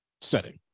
setting